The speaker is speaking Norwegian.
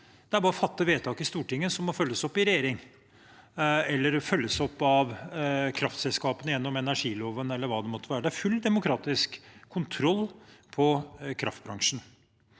Det er bare å fatte vedtak i Stortinget som må følges opp i regjering eller følges opp av kraftselskapene gjennom energiloven eller hva det måtte være. Det er full demokratisk kontroll på kraftbransjen.